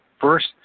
First